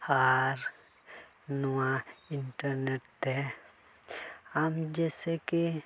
ᱟᱨ ᱱᱚᱣᱟ ᱤᱱᱴᱟᱨᱱᱮᱴ ᱛᱮ ᱟᱢ ᱡᱮᱭᱥᱮ ᱠᱤ